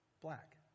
Black